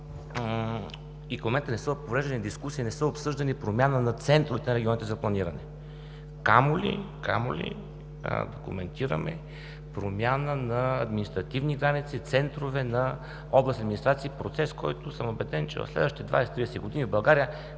и към момента не са провеждани дискусии, не е обсъждана промяна на центровете на регионите за планиране, камо ли да коментираме промяна на административни граници, центрове на областни администрации – процес, който, съм убеден, че в следващите 20 –30 години в България